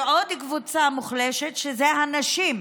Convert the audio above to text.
עוד קבוצה מוחלשת היא הנשים: